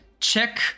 check